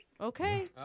Okay